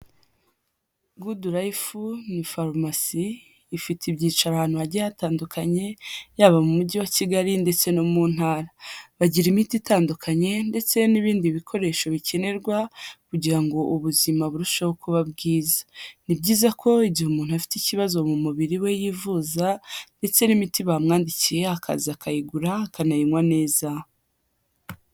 Good life ni farumasi ifite ibyicaro ahantu hagiye hatandukanye, yaba mu Mujyi wa Kigali ndetse no mu ntara, bagira imiti itandukanye ndetse n'ibindi bikoresho bikenerwa kugira ngo ubuzima burusheho kuba bwiza, ni byiza ko igihe umuntu afite ikibazo mu mubiri we yivuza ndetse n'imiti bamwandikiye akaza akayigura akanayinywa neza.